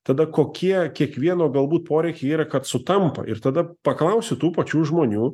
tada kokie kiekvieno galbūt poreikiai yra kad sutampa ir tada paklausiu tų pačių žmonių